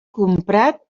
comprat